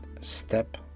step